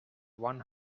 one